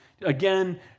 again